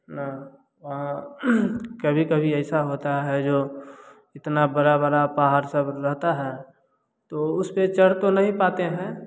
कभी कभी ऐसा होता है जो इतना बड़ा बड़ा पहाड़ सब रहता है तो उस पर चढ़ तो नहीं पाते हैं